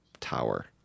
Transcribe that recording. Tower